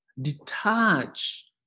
detach